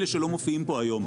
אלה שלא מופיעים פה היום.